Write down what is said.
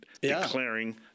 declaring